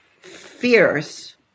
fierce